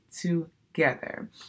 together